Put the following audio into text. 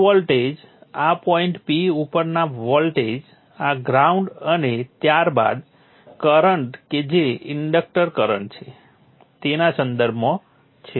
pole voltage આ point P ઉપરના voltage આ ગ્રાઉન્ડ અને ત્યાર બાદ કરંટ કે જે ઇન્ડક્ટર કરંટ છે તેના સંદર્ભમાં છે